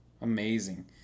Amazing